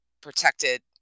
protected